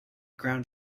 ground